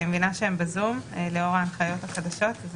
אני מבינה שהם בזום לאור ההנחיות החדשות.